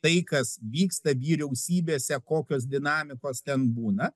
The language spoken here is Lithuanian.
tai kas vyksta vyriausybėse kokios dinamikos ten būna